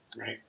Right